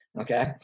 Okay